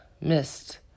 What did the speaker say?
missed